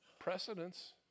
precedence